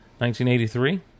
1983